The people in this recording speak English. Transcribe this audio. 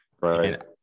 right